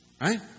Right